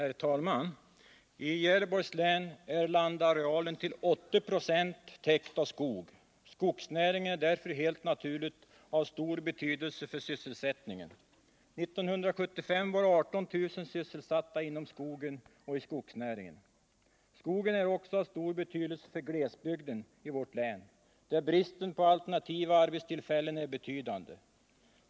Herr talman! I Gävleborgs län är landarealen till 80 26 täckt av skog. Skogsnäringen är därför helt naturligt av stor betydelse för sysselsättningen. 1975 var 18 000 sysselsatta inom skogen och i skogsnäringen. Skogen är också av stor betydelse för glesbygden i vårt län, där bristen på alternativa arbetstillfällen är betydande.